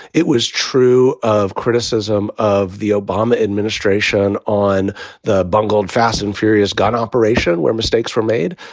it was true of criticism of the obama administration on the bungled fast and furious gun operation where mistakes were made.